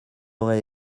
aurait